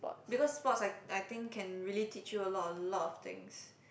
because sports I I think can really teach you a lot a lot of things